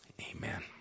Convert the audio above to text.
Amen